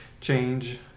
change